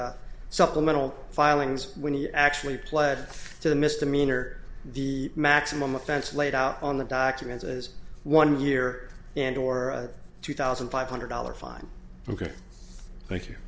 the supplemental filings when he actually pled to the misdemeanor the maximum offense laid out on the documents as one year and or two thousand five hundred dollars fine ok thank you